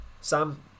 Sam